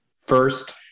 first